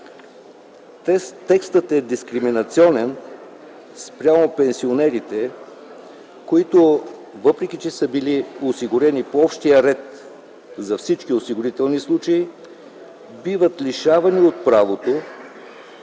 Текстът е дискриминационен спрямо пенсионерите, които, въпреки че са били осигурени по общия ред за всички осигурителни случаи, биват лишавани от правото